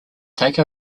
take